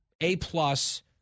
A-plus